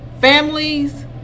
families